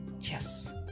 Yes